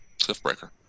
Cliffbreaker